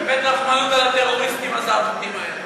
באמת רחמנות על הטרוריסטים הזאטוטים האלה.